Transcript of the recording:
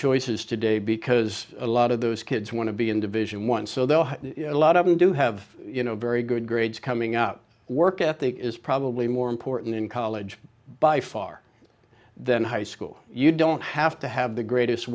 choices today because a lot of those kids want to be in division one so they'll have a lot of them do have you know very good grades coming up work ethic is probably more important in college by far than high school you don't have to have the greatest